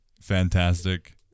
fantastic